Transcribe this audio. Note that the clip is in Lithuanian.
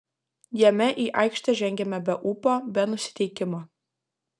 jame į aikštę žengėme be ūpo be nusiteikimo